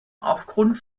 aufgrund